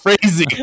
Crazy